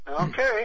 Okay